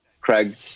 Craig